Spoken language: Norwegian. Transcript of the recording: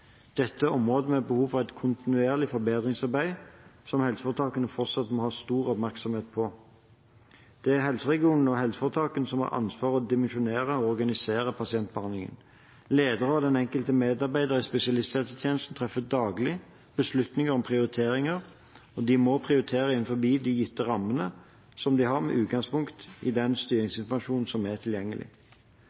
Dette er områder med behov for kontinuerlig forbedringsarbeid som helseforetakene fortsatt må ha stor oppmerksomhet på. Det er de regionale helseregionene og helseforetakene som har ansvar for å dimensjonere og organisere pasientbehandlingen. Ledere og den enkelte medarbeider i spesialisthelsetjenesten treffer daglig beslutninger om prioriteringer, og de må prioritere innenfor de gitte rammene med utgangspunkt i den styringsinformasjonen som er tilgjengelig.